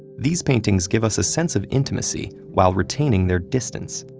these paintings give us a sense of intimacy while retaining their distance,